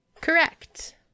Correct